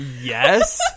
Yes